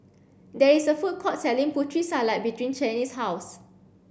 there is a food court selling Putri salad behind Chaney's house